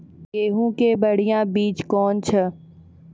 गेहूँ के बढ़िया बीज कौन छ?